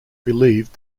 believed